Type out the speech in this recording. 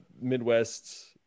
Midwest